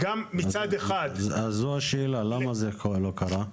למה זה לא קרה?